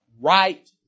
right